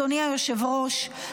אדוני היושב-ראש,